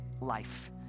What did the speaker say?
life